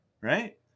Right